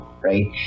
right